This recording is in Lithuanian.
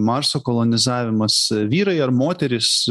marso kolonizavimas vyrai ar moterys